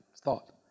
thought